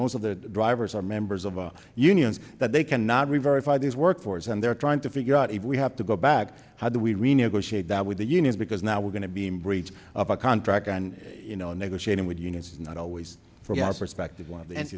most of the drivers are members of unions that they cannot be verified these workforce and they're trying to figure out if we have to go back how do we renegotiate that with the unions because now we're going to be in breach of a contract and you know negotiating with the unions is not always for your perspective one